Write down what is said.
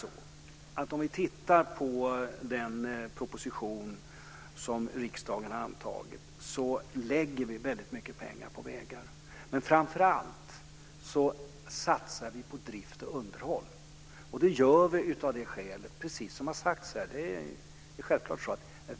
Om vi tittar på den proposition som riksdagen har antagit läggs mycket pengar på vägar. Framför allt satsar vi på drift och underhåll, precis av de skäl som har sagts här.